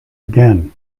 again